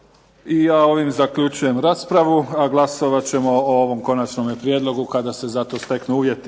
I ja ovim zaključujem raspravu, a glasovat ćemo o ovom konačnom prijedlogu kada se za to steknu uvjeti.